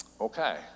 Okay